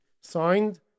Signed